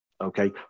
okay